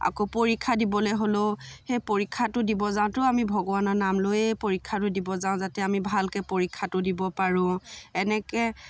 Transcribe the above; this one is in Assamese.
আকৌ পৰীক্ষা দিবলৈ হ'লেও সেই পৰীক্ষাটো দিব যাওঁতেও আমি ভগৱানৰ নাম লৈয়েই পৰীক্ষাটো দিব যাওঁ যাতে আমি ভালকৈ পৰীক্ষাটো দিব পাৰোঁ এনেকৈ